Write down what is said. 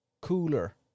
cooler